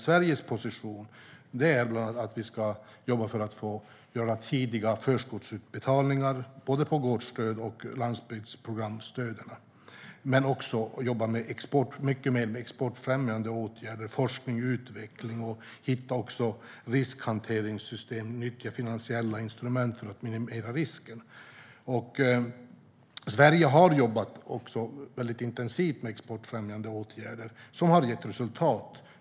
Sveriges position är att vi ska jobba för att få göra tidiga förskottsutbetalningar i både gårdsstöd och landsbygdsprogramstöd. Vi ska också jobba mycket mer med exportfrämjande åtgärder, forskning och utveckling. Vi ska hitta riskhanteringssystem och nyttja finansiella instrument för att minimera risker. Sverige har jobbat intensivt med exportfrämjande åtgärder, som har gett resultat.